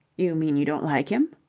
you mean you don't like him?